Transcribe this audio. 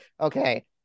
Okay